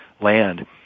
land